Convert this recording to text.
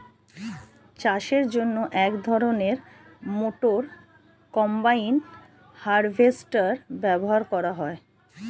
চাষের জন্য এক ধরনের মোটর কম্বাইন হারভেস্টার ব্যবহার করা হয়